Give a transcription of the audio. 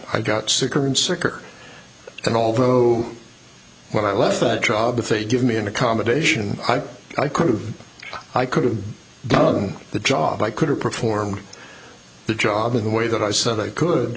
i got sicker and sicker and although when i left that job if they'd give me an accommodation i could have i could have done the job i could have performed the job in the way that i was that i could